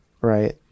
right